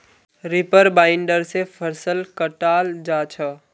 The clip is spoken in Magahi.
रीपर बाइंडर से फसल कटाल जा छ